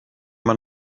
man